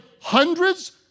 hundreds